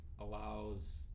allows